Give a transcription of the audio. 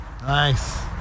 Nice